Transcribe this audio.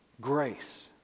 grace